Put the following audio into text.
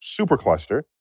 supercluster